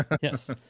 yes